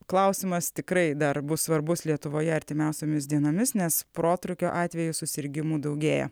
klausimas tikrai dar bus svarbus lietuvoje artimiausiomis dienomis nes protrūkio atvejų susirgimų daugėja